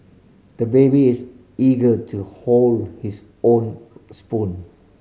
the baby is eager to hold his own spoon